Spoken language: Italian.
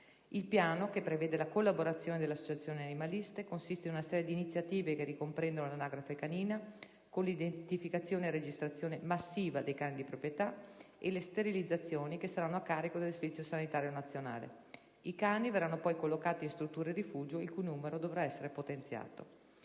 Il Piano, che prevede la collaborazione delle associazioni animaliste, consiste in una serie di iniziative che ricomprendono l'anagrafe canina, con l'identificazione e la registrazione massiva dei cani di proprietà, e le sterilizzazioni che saranno a carico del Servizio sanitario nazionale; i cani verranno poi collocati in strutture rifugio il cui numero dovrà essere potenziato.